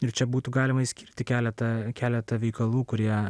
ir čia būtų galima išskirti keletą keletą veikalų kurie